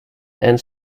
and